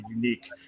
unique